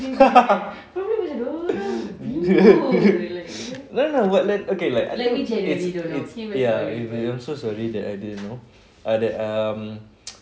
no no like but like okay like I think it's it's ya I'm so sorry that I didn't know err that um